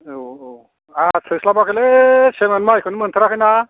औ औ आंहा थोस्लाबाखैलै सेमोन माइखौनो मोनथाराखैना